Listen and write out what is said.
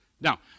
Now